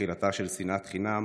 תחילתה של שנאת חינם